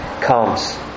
comes